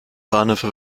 bahnhöfe